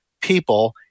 people